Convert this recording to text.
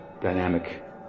dynamic